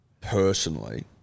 personally